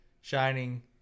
Shining